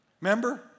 Remember